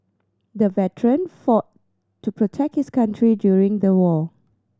the veteran fought to protect his country during the war